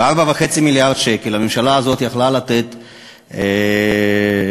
ב-4.5 מיליארד שקל הממשלה הזאת יכלה לתת גני-ילדים